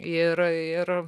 ir ir